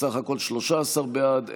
בסך הכול 13 בעד,